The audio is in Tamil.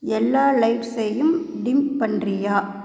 எல்லா லைட்ஸையும் டிம் பண்றியா